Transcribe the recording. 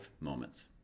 moments